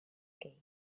kay